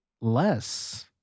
less